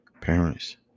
Parents